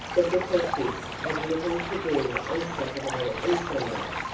the detectives had little to do on saturday and sunday.